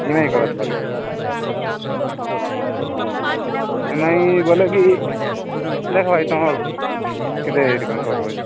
ନାଇଁ କର୍ବାକେ ଲାଗେ ଇ ଏମ୍ ଆଇ ବୋଲେ କି ଦେଖ ତାଙ୍କର୍ କେତେ ରେଟ୍ କ'ଣ କଟୁଛି